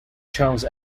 charles